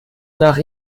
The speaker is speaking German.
nach